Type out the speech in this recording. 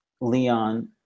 Leon